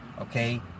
okay